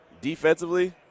defensively